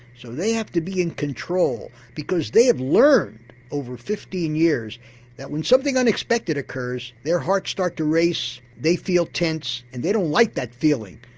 so they have to be in control, because they have learned over fifteen years that when something unexpected occurs their hearts start to race, they feel tense and they don't like that feeling.